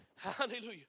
Hallelujah